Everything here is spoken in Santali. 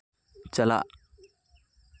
ᱪᱟᱞᱟᱜ